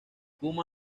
kuma